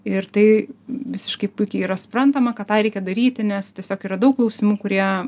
ir tai visiškai puikiai yra suprantama kad tą reikia daryti nes tiesiog yra daug klausimų kurie